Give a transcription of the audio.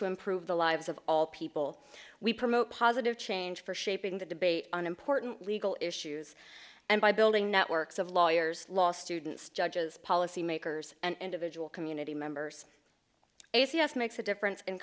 to improve the lives of all people we promote positive change for shaping the debate on important legal issues and by building networks of lawyers law students judges policymakers and individual community members a c s makes a difference in